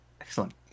Excellent